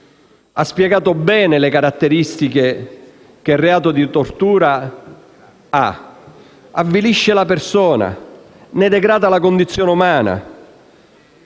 ha spiegato bene le caratteristiche del reato di tortura: avvilisce la persona, ne degrada la condizione umana,